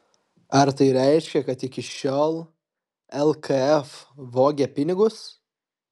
ar tai reiškia kad iki šiol lkf vogė pinigus